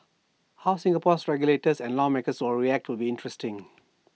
how Singapore's regulators and lawmakers will react will be interesting